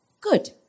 Good